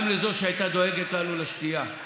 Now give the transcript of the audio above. גם לזאת שהייתה דואגת לנו לשתייה,